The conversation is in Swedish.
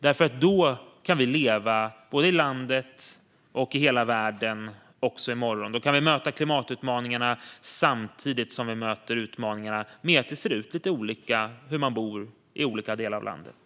Då kan vi leva också i morgon, både i landet och i hela världen. Då kan vi möta klimatutmaningarna samtidigt som vi möter utmaningarna med att det ser lite olika ut med hur man bor i olika delar av landet.